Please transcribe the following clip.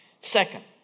Second